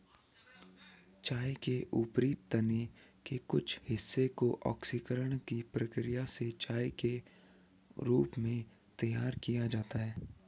चाय के ऊपरी तने के कुछ हिस्से को ऑक्सीकरण की प्रक्रिया से चाय के रूप में तैयार किया जाता है